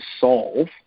solve